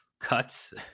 cuts